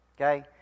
Okay